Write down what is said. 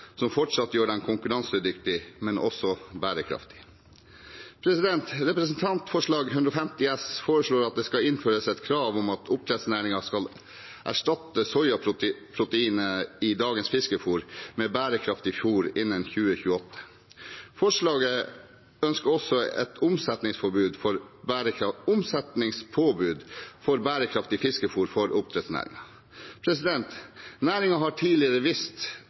som fortsatt gjør den konkurransedyktig, men også bærekraftig. I representantforslaget i Dokument 8:150 S foreslås det at det skal innføres et krav om at oppdrettsnæringen skal erstatte soyaproteinet i dagens fiskefôr med bærekraftig fôr innen 2028. I forslaget ønskes også et omsettingspåbud for bærekraftig fiskefôr for oppdrettsnæringen. Næringen har tidligere